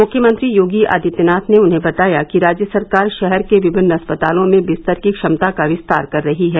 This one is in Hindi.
मुख्यमंत्री योगी आदित्यनाथ ने उन्हें बताया कि राज्य सरकार शहर के विभिन्न अस्पतालों में बिस्तर की क्षमता का विस्तार कर रही है